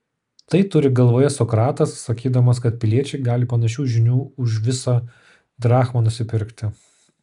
tai turi galvoje sokratas sakydamas kad piliečiai gali panašių žinių už visą drachmą nusipirkti